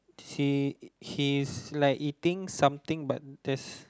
his like eating something but there's